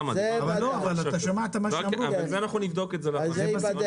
אנחנו נבדוק את זה לעומק.